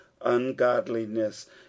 ungodliness